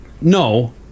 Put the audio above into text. no